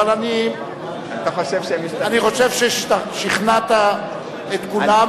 אבל אני חושב ששכנעת את כולם,